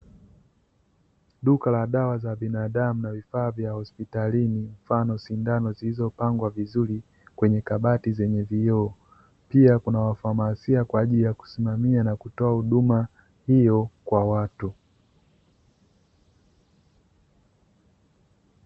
Duka la dawa za binadamu na vifaa vya hospitalini mfano sindano zilizopangwa vizuri kwenye kabati zenye vioo, pia kuna wa famasia kwa ajili ya kusimamia na kutoa huduma hiyo kwa watu.